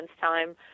time